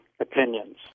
opinions